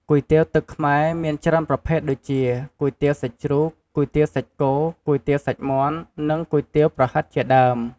គុយទាវទឹកខ្មែរ មានច្រើនប្រភេទដូចជា គុយទាវសាច់ជ្រូក គុយទាវសាច់គោ គុយទាវសាច់មាន់ និងគុយទាវប្រហិតជាដើម។